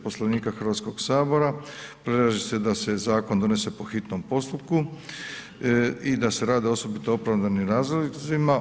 Poslovnika Hrvatskog sabora predlaže se da se zakon donese po hitnom postupku i da se radi o osobito opravdanim razlozima.